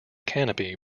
canopy